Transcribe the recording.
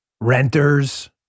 Renters